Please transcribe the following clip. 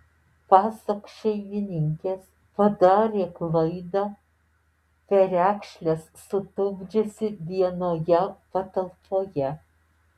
pasak šeimininkės padarė klaidą perekšles sutupdžiusi vienoje patalpoje